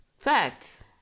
Facts